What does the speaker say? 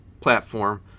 platform